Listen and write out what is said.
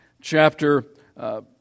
chapter